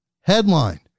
headline